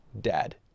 Dad